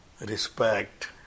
respect